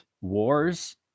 wars